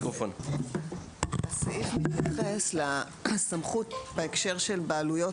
הסעיף מתייחס לסמכות - בהקשר של בעלויות